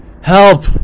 Help